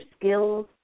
skills